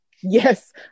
Yes